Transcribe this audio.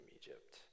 Egypt